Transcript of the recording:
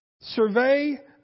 survey